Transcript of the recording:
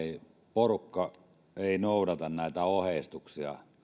porukka ei noudata näitä ohjeistuksia